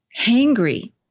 hangry